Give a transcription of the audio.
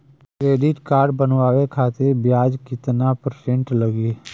Credit card बनवाने खातिर ब्याज कितना परसेंट लगी?